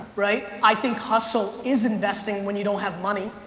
right? i think hustle is investing when you don't have money.